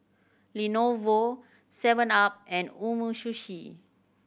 Lenovo seven up and Umisushi